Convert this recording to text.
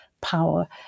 power